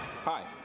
Hi